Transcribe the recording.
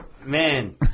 man